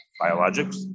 Biologics